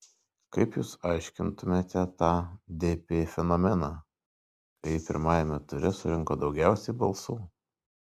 kaip jūs aiškintumėte tą dp fenomeną kai ji pirmajame ture surinko daugiausiai balsų